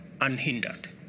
unhindered